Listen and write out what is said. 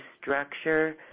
structure